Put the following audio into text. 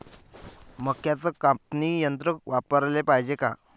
मक्क्याचं कापनी यंत्र वापराले पायजे का?